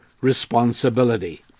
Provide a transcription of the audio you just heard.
responsibility